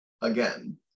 again